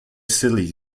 silly